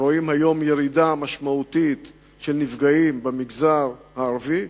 שרואים היום ירידה משמעותית של נפגעים במגזר הערבי,